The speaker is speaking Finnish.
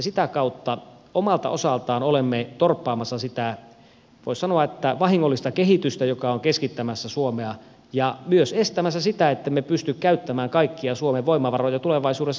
sitä kautta omalta osaltaan olemme torppaamassa sitä voi sanoa vahingollista kehitystä joka on keskittämässä suomea ja myös estämässä sitä että emme pysty käyttämään kaikkia suomen voimavaroja tulevaisuudessa hyväksi